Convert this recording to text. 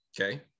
Okay